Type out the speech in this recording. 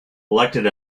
elected